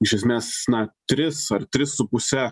iš esmės na tris ar tris su puse